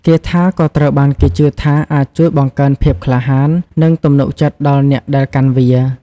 គាថាក៏ត្រូវបានគេជឿថាអាចជួយបង្កើនភាពក្លាហាន និងទំនុកចិត្តដល់អ្នកដែលកាន់វា។